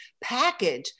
package